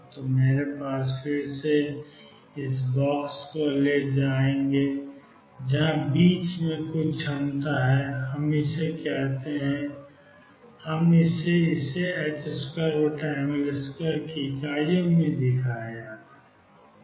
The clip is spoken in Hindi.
तो मेरे पास फिर से मैं इस बॉक्स को ले जाऊंगा जहां बीच में कुछ क्षमता है हम इसे कहते हैं अब हम इसे 2mL2 की इकाइयों में दिया गया है